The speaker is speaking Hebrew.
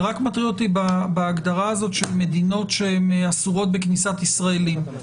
זה רק מטריד אותי בהגדרה של מדינות שהן אסורות בכניסת ישראלים,